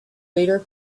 leader